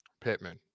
Pittman